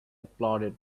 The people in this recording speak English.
applauded